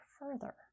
further